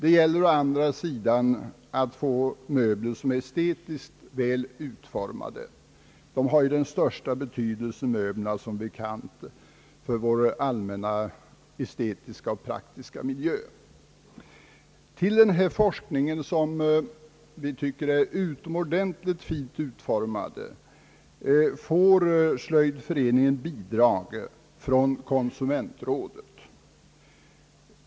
Å andra sidan gäller det att få möbler som är estetiskt välutformade, Möblerna har som bekant den största betydelse för vår allmänestetiska och praktiska miljö. Till denna forskning, som vi tycker är utomordentligt fint utformad, får Svenska slöjdföreningen bidrag från konsumentrådet.